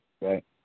Right